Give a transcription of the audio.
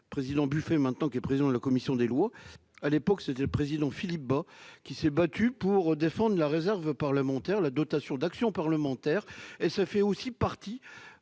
président buffet maintenant qu'il est président de la commission des lois à l'époque, c'était le président Philippe Bas, qui s'est battu pour défendre la réserve parlementaire la dotation d'action parlementaire et ça fait aussi partie